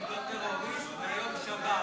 אמרתי למחרת הפיגוע ביום שישי.